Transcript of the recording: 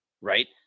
right